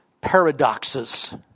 paradoxes